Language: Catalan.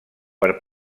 per